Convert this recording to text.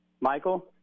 Michael